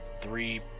three